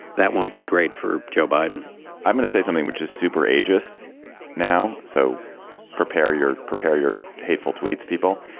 that won't be great for joe biden i'm going to say something which is super age just now so prepare your prepare your hateful tweets people.